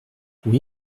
oui